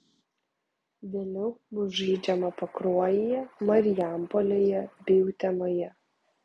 vėliau bus žaidžiama pakruojyje marijampolėje bei utenoje